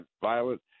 violent